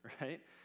right